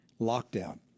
lockdown